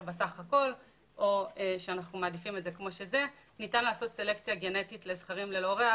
ניתן לעשות סלקציה גנטית לזכרים ללא ריח,